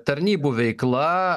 tarnybų veikla